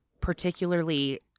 particularly